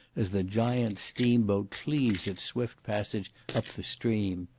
as the giant steam-boat cleaves its swift passage up the stream.